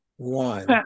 one